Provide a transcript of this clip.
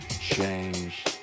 change